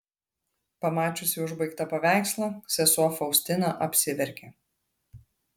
pamačiusi užbaigtą paveikslą sesuo faustina apsiverkė